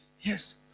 Yes